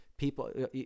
people